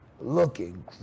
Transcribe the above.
looking